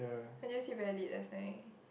and you see valid last night